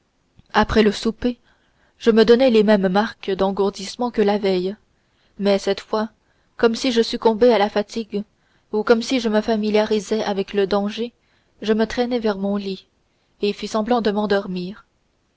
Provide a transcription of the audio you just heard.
après le souper je donnai les mêmes marques d'engourdissement que la veille mais cette fois comme si je succombais à la fatigue ou comme si je me familiarisais avec le danger je me traînai vers mon lit et je fis semblant de m'endormir